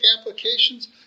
applications